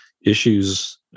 issues